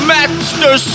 Master